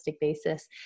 basis